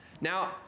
Now